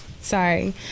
Sorry